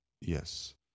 yes